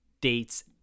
dates